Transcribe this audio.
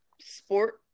sport